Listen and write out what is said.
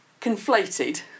conflated